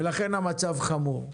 ולכן, המצב חמור.